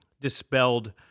dispelled